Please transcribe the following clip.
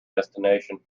destination